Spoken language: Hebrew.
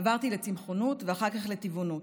עברתי לצמחונות ואחר כך לטבעונות.